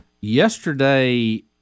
yesterday